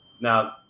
Now